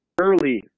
early